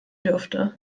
dürfte